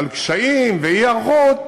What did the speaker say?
על קשיים ואי-היערכות,